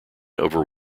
over